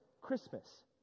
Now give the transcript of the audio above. Christmas